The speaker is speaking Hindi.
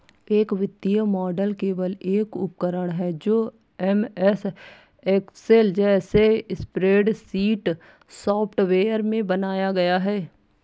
एक वित्तीय मॉडल केवल एक उपकरण है जो एमएस एक्सेल जैसे स्प्रेडशीट सॉफ़्टवेयर में बनाया गया है